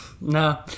No